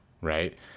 right